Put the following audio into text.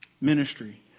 ministry